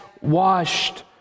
washed